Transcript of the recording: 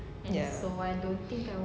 ya